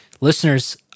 listeners